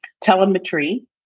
telemetry